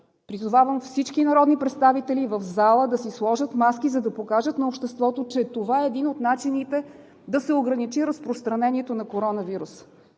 Призовавам всички народни представители в залата да си сложат маски, за да покажат на обществото, че това е един от начините да се ограничи разпространението на коронавируса.